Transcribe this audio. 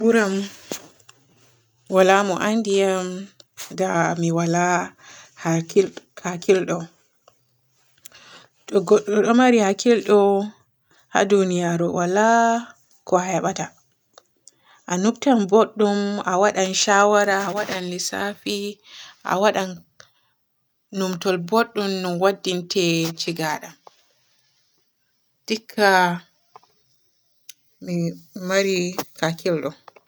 Buran waala mo anndi am da mi waala kaakil-kaakilɗo. To godɗo ɗo maari hakkilɗo haa duniyaru waala ko a hebata a nuptan bodɗum, a waadan shawara, a waadan lissafi, a waadan numtul bodɗum no waddinte ciigadam. Dikka mi maari kaakilɗo.